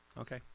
Okay